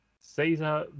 Caesar